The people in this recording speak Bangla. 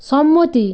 সম্মতি